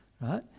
right